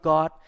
God